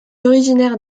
originaire